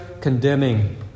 condemning